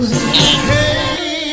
Hey